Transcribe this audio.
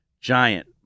giant